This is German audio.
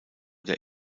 der